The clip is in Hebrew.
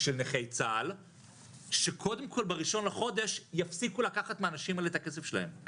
של נכי צה"ל שקודם כל ב-1 בחודש יפסיקו לקחת מהאנשים האלה את הכסף שלהם,